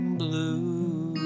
blue